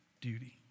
duty